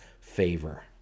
favor